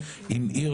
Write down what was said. מעבר